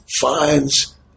finds